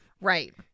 Right